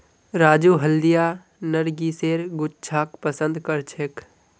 राजू हल्दिया नरगिसेर गुच्छाक पसंद करछेक